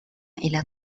إلى